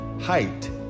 height